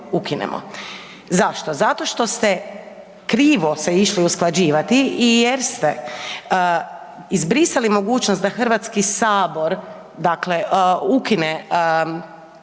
Zašto? Zato što ste krivo se išli usklađivati jer ste izbrisali mogućnost da Hrvatski sabor, dakle ukine ugovor